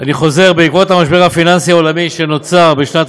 אני חוזר: בעקבות המשבר הפיננסי העולמי שנוצר בשנת